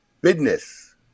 business